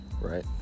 right